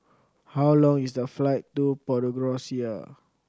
how long is the flight to Podgorica